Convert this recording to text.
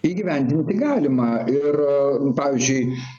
įgyvendinti galima ir pavyzdžiui